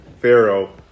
Pharaoh